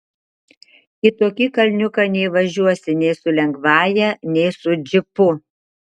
į tokį kalniuką neįvažiuosi nei su lengvąja nei su džipu